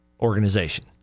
organization